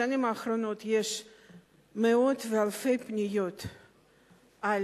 בשנים האחרונות יש מאות ואלפי פניות על